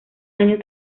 años